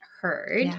heard